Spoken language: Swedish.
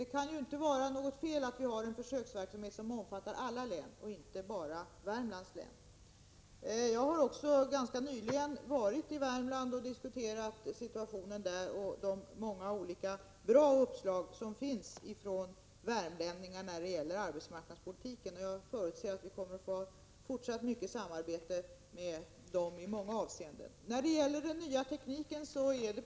Det kan ju inte vara något fel i att vi har en försöksverksamhet som omfattar alla län och inte bara Värmlands län. Jag har ganska nyligen varit i Värmland och diskuterat situationen i länet och de många olika bra uppslag som värmlänningar har när det gäller arbetsmarknadspolitiken. Jag förutser att vi i fortsättningen kommer att ha ett omfattande samarbete med dem i många avseenden.